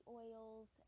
oils